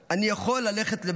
אני יכול ללכת לבד".